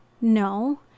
No